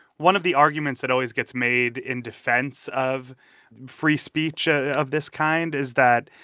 one of the arguments that always gets made in defense of free speech of this kind is that,